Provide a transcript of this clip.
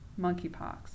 monkeypox